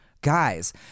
guys